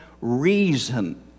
reason